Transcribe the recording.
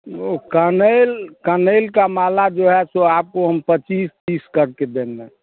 वो कनेल कनेल का माला जो है तो आपको हम पच्चीस तीस करके देंगे